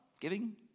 giving